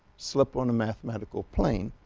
slip on a mathematical plane.